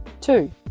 Two